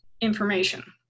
information